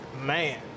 Man